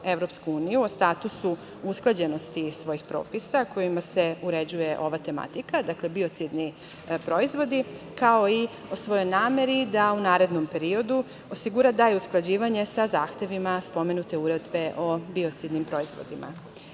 o statusu usklađenosti svojih propisa kojima se uređuje ova tematika, dakle biocidni proizvodi, kao i o svojoj nameri da u narednom periodu osigura dalje usklađivanje sa zahtevima spomenute Uredbe o biocidnim proizvodima. Stoga